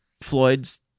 Floyd's